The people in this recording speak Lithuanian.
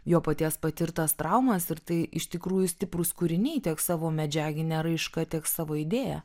jo paties patirtas traumas ir tai iš tikrųjų stiprūs kūriniai tiek savo medžiagine raiška tiek savo idėja